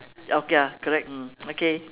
ya okay lah correct mm okay